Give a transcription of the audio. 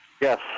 Yes